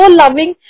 loving